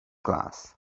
glass